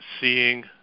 seeing